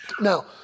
Now